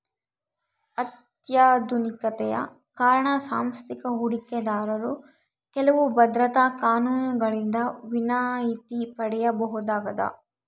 ಅತ್ಯಾಧುನಿಕತೆಯ ಕಾರಣ ಸಾಂಸ್ಥಿಕ ಹೂಡಿಕೆದಾರರು ಕೆಲವು ಭದ್ರತಾ ಕಾನೂನುಗಳಿಂದ ವಿನಾಯಿತಿ ಪಡೆಯಬಹುದಾಗದ